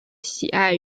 喜爱